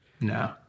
No